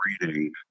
reading